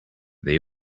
they